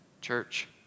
Church